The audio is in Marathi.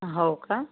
हो का